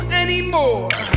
anymore